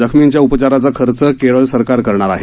जखमींच्या उपचाराचा खर्च केरळ सरकार करणार आहे